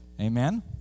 Amen